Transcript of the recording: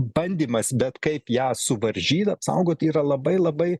bandymas bet kaip ją suvaržyti apsaugoti yra labai labai